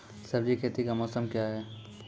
सब्जी खेती का मौसम क्या हैं?